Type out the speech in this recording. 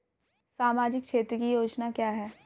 सामाजिक क्षेत्र की योजना क्या है?